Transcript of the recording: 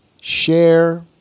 share